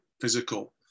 physical